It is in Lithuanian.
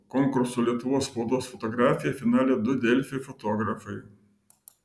konkurso lietuvos spaudos fotografija finale du delfi fotografai